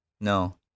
No